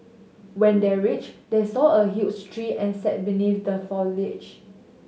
when they reached they saw a huge tree and sat beneath the foliage